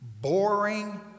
boring